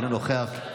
אינו נוכח,